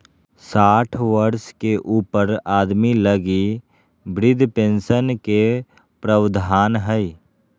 साठ वर्ष के ऊपर आदमी लगी वृद्ध पेंशन के प्रवधान हइ